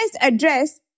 address